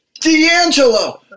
D'Angelo